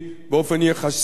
באופן יחסי,